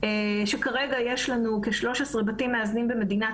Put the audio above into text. שכרגע יש לנו כ-13 בתים מאזנים במדינת